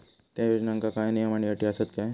त्या योजनांका काय नियम आणि अटी आसत काय?